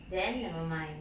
then nevermind